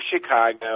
Chicago